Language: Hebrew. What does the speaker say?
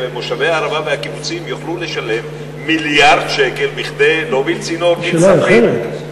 שמושבי הערבה והקיבוצים יוכלו לשלם מיליארד שקל כדי להוביל צינור דרומה.